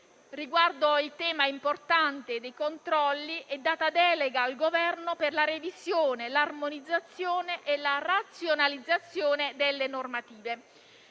Riguardo alla questione importante dei controlli è data delega al Governo per la revisione, l'armonizzazione e la razionalizzazione delle normative.